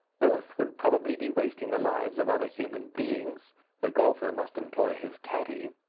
both would probably be wasting the lives of other human beings the golfer must employ his caddie.